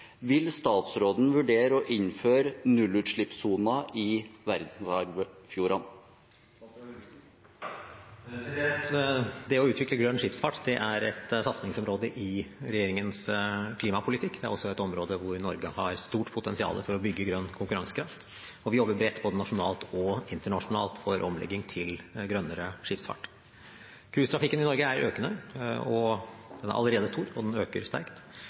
Vil statsråden vurdere å innføre nullutslippssoner i verdensarvfjordene?» Det å utvikle grønn skipsfart er et satsingsområde i regjeringens klimapolitikk. Det er også et område hvor Norge har stort potensial for å bygge grønn konkurransekraft, og vi jobber bredt både nasjonalt og internasjonalt for omlegging til en grønnere skipsfart. Cruisetrafikken i Norge er økende – den er allerede stor, og den øker sterkt.